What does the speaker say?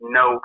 no